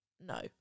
no